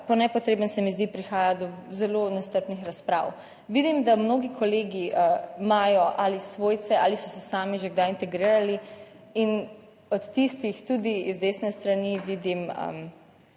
po nepotrebnem, se mi zdi, prihaja do zelo nestrpnih razprav. Vidim, da mnogi kolegi imajo ali svojce ali so se sami že kdaj integrirali in od tistih tudi iz desne strani vidim